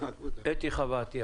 הזו.